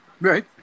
Right